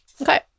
Okay